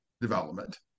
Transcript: development